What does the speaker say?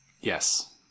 Yes